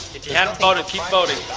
if you haven't voted keep voting.